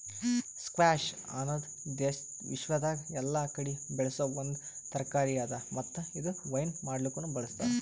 squash ಅನದ್ ವಿಶ್ವದಾಗ್ ಎಲ್ಲಾ ಕಡಿ ಬೆಳಸೋ ಒಂದ್ ತರಕಾರಿ ಅದಾ ಮತ್ತ ಇದು ವೈನ್ ಮಾಡ್ಲುಕನು ಬಳ್ಸತಾರ್